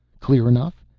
clear enough?